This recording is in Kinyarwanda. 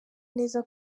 neza